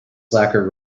slacker